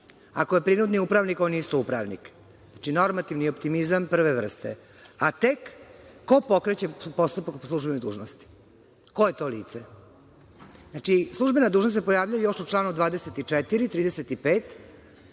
Ako je prinudni upravnik, on je isto upravnik. Znači, normativni optimizam prve vrste, a tek ko pokreće postupak po službenoj dužnosti? Ko je to lice? Službena dužnost se pojavljuje još u članu 24, 35,